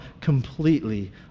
completely